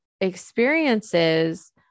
experiences